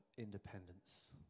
independence